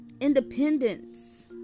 independence